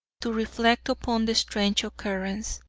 to reflect upon the strange occurrence.